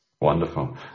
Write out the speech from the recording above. wonderful